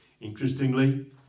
interestingly